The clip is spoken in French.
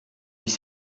dix